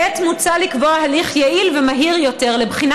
כעת מוצע לקבוע הליך יעיל ומהיר יותר לבחינה